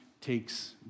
takes